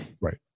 Right